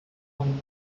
hong